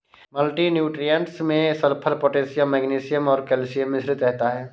multi nutrients में sulphur, potassium magnesium और calcium मिश्रित रहता है